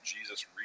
Jesus